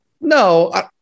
No